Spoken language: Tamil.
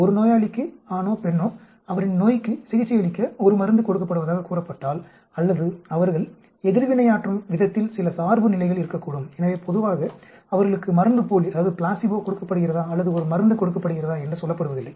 ஒரு நோயாளிக்கு ஆணோ பெண்ணோ அவரின் நோய்க்கு சிகிச்சையளிக்க ஒரு மருந்து கொடுக்கப்படுவதாகக் கூறப்பட்டால் அல்லது அவர்கள் எதிர்வினையாற்றும் விதத்தில் சில சார்புநிலைகள் இருக்கக்கூடும் எனவே பொதுவாக அவர்களுக்கு மருந்துப்போலி கொடுக்கப்படுகிறதா அல்லது ஒரு மருந்து கொடுக்கப்படுகிறதா என்று சொல்லப்படுவதில்லை